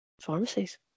pharmacies